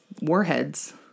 warheads